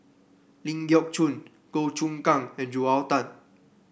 Ling Geok Choon Goh Choon Kang and Joel Tan